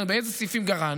באיזה סעיפים גרענו,